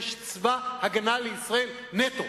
יש צבא-הגנה לישראל נטו.